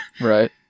right